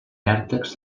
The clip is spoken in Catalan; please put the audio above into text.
vèrtex